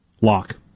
lock